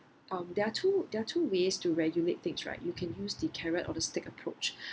um there are two there are two ways to regulate things right you can use the carrot or the stick approach